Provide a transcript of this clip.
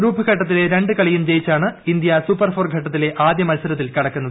group ഘട്ടത്തിലെ രണ്ട് കളിയും ജയിച്ചാണ് ഇന്ത്യ സൂപ്പർ ഫോർ ഘട്ടത്തിലെ ആദ്യ മൽസരത്തിൽ കടക്കുന്നത്